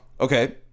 Okay